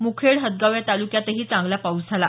मुखेड हदगाव या तालुक्यात चांगला पाऊस झाला